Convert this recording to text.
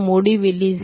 முடிவிலி அல்லது 0